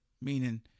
Meaning